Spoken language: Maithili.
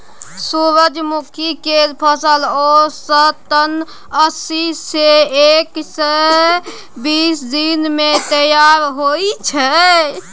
सूरजमुखी केर फसल औसतन अस्सी सँ एक सय बीस दिन मे तैयार होइ छै